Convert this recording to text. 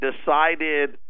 decided